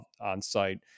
on-site